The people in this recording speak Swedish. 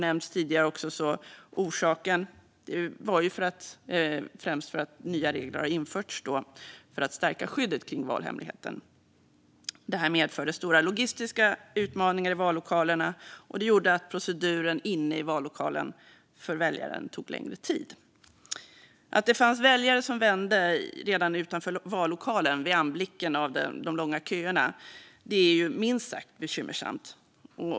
Det berodde främst på att nya regler hade införts för att stärka skyddet av valhemligheten. Detta medförde stora logistiska utmaningar i vallokalerna och gjorde att proceduren inne i vallokalen tog längre tid för väljaren. Att det fanns väljare som vände redan utanför vallokalen, vid anblicken av de långa köerna, är minst sagt bekymmersamt.